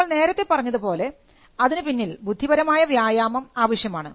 നമ്മൾ നേരത്തെ പറഞ്ഞതുപോലെ അതിന് പിന്നിൽ ബുദ്ധിപരമായ വ്യായാമം ആവശ്യമാണ്